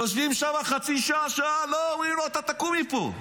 יושבים שם חצי שעה שעה, אומרים לו: אתה קום מפה.